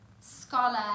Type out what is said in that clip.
scholar